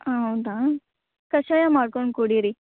ಹಾಂ ಹೌದಾ ಕಷಾಯ ಮಾಡ್ಕೊಂಡು ಕುಡೀರಿ